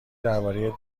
درباره